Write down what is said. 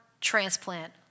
transplant